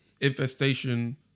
infestation